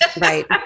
right